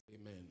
Amen